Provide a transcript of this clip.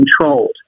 controlled